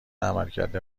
عملکرد